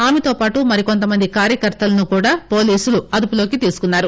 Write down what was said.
ఆమెతో పాటు మరికొంత మంది కార్యకర్తలను కూడా పోలీసులు అదుపులోకి తీసుకున్నారు